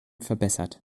verbessert